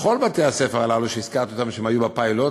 בכל בתי-הספר הללו, שהזכרתי, שהיו בפיילוט,